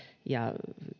ja